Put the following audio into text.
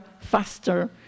faster